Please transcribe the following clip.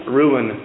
ruin